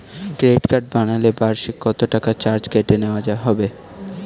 Credit card বানালে বার্ষিক কত টাকা চার্জ কেটে নেওয়া হবে?